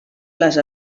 les